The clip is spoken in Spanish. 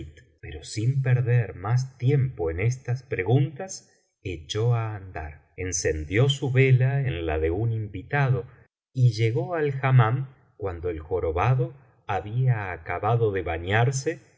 pero sin perder más tiempo en estas preguntas echó á andar encendió su vela en la de un invitado y llegó al hammam cuando el jorobado había acabado de bañarse